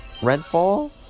Redfall